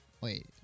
Wait